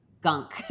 gunk